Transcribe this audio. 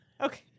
Okay